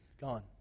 gone